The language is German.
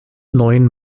neuen